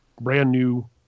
brand-new